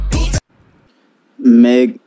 Meg